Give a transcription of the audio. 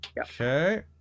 Okay